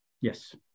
Yes